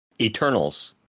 Eternals